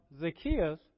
Zacchaeus